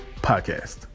podcast